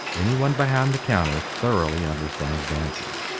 anyone behind the counter thoroughly understands dancing.